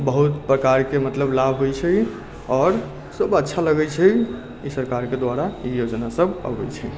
बहुत प्रकारके मतलब लाभ होइ छै आओर सभ अच्छा लगै छै ई सरकार के द्वारा ई योजना सभ अबै छै